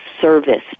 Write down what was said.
service